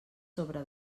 sobre